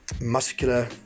muscular